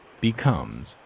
becomes